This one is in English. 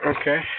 Okay